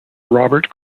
robert